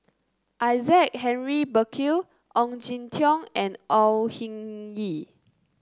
Isaac Henry Burkill Ong Jin Teong and Au Hing Yee